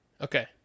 Okay